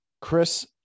Chris